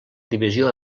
divisió